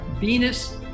venus